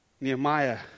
Nehemiah